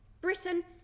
Britain